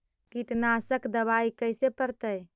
कीटनाशक दबाइ कैसे पड़तै है?